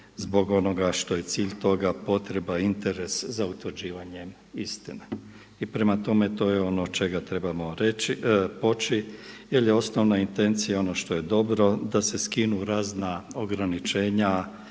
zbog onoga što je cilj toga potreba, interes za utvrđivanjem istine. I prema tome to je ono od čega trebamo poći, jer je osnovna intencija ono što je dobro da se skinu razna ograničenja,